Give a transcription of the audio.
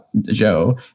Joe